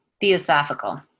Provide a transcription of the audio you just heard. Theosophical